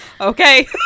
Okay